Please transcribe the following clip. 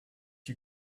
you